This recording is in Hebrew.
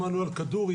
שמענו על כדורי,